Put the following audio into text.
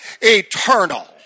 eternal